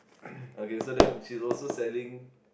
okay so then she's also selling